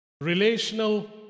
relational